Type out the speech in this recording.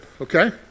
okay